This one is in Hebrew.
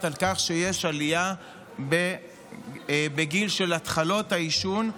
על כך שיש עלייה בגיל התחלות העישון.